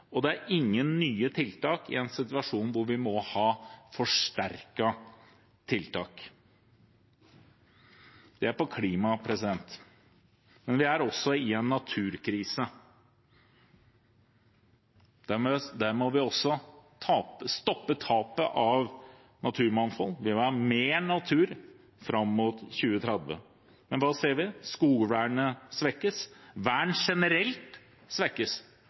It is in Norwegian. og det er ingen nye tiltak i en situasjon hvor vi må ha forsterkede tiltak. Det er på klima. Men vi er også i en naturkrise. Der må vi stoppe tapet av naturmangfold. Vi må verne mer natur fram mot 2030. Men hva ser vi? Skogvernet svekkes. Vern generelt svekkes.